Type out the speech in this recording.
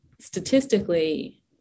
statistically